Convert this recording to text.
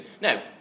now